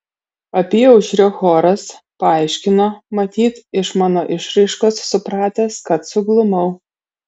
apyaušrio choras paaiškino matyt iš mano išraiškos supratęs kad suglumau